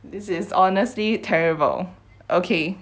this is honestly terrible okay